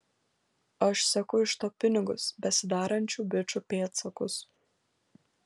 aš seku iš to pinigus besidarančių bičų pėdsakus